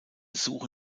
suche